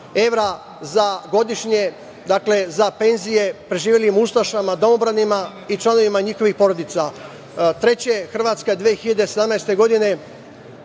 evra godišnje za penzije preživelim ustašama, domobranima i članovima njihovih porodica. Treće, Hrvatska je 2017. godine